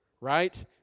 right